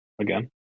again